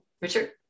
richard